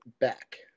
back